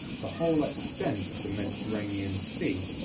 the whole extent of the mediterranean sea,